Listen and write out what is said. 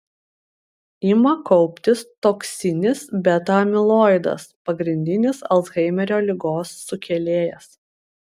ima kauptis toksinis beta amiloidas pagrindinis alzheimerio ligos sukėlėjas